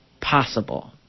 possible